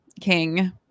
King